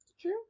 True